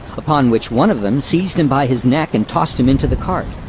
upon which one of them seized him by his neck and tossed him into the cart.